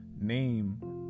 name